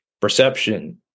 perception